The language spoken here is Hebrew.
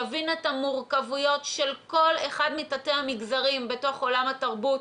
יבין את המורכבויות של כל אחד מתתי המגזרים בתוך עולם התרבות.